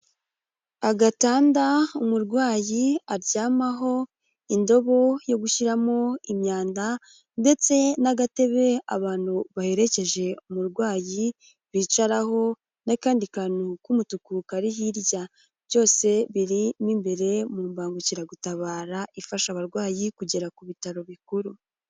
Agatanda umurwayi aryamaho, indobo yo gushyiramo imyanda ndetse n'agatebe abantu baherekeje umurwayi bicaraho n'akandi kantu k'umutuku kari hirya, byose biri mo imbere mu mbangukiragutabara ifasha abarwayi kugera ku bitaro bikuru.